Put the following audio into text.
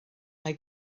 mae